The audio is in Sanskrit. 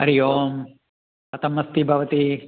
हरिः ओम् कथमस्ति भवती